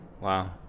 Wow